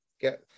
get